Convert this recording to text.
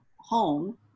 home